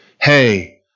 hey